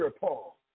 Paul